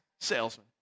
salesman